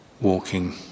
walking